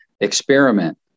experiment